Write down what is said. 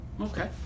Okay